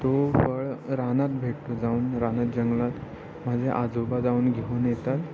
तो फळ रानात भेटतो जाऊन रानात जंगलात माझे आजोबा जाऊन घेऊन येतात